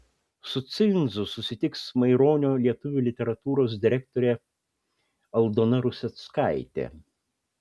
su cinzu susitiks maironio lietuvių literatūros direktorė aldona ruseckaitė